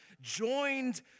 joined